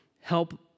help